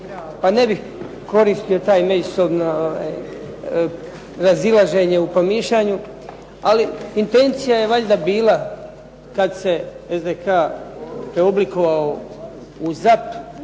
Pa ne bih koristio taj međusobno razilaženje u promišljanju, ali intencija je valjda bila kad se "SDK"-a preoblikovao u "ZAP"